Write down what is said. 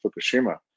Fukushima